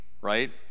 right